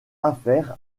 affaire